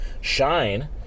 shine